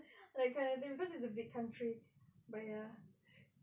that kind of thing cause it's a big country but ya